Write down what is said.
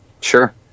Sure